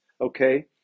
Okay